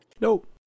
Nope